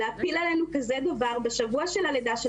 להפיל עלינו כזה דבר בשבוע של הלידה,